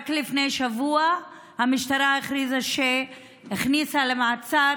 רק לפני שבוע המשטרה הכריזה שהכניסה למעצר